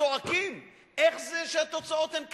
צועקים איך זה שהתוצאות הן כאלה.